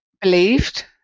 believed